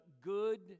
good